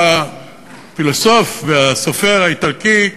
הפילוסוף והסופר האיטלקי,